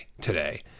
today